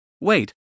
wait